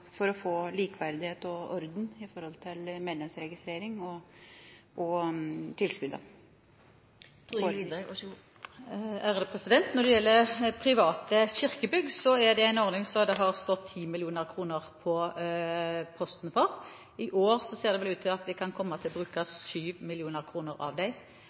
for å få likeverdighet og orden med hensyn til medlemsregistrering og tilskuddene. Når det gjelder posten for private kirkebygg, har det stått 10 mill. kr der. I år ser det vel ut til at vi kan komme til å bruke 7 mill. kr av dem. Det er mange søknader som ikke tilfredsstiller de